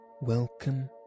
Welcome